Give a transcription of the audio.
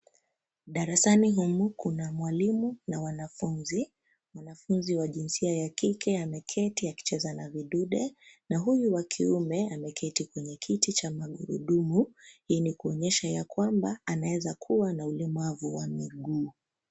Darasani humu kuna mwalimu na wanafunzi, mwanafunzi wa jinsia ya kike ameketi na kucheza na vidude, na huyu wa kiuma ameketi kwenye kiti cha magurudumu, yani kuonyesha ya kwamba anaeza kuwa na ulemavu wa miguu.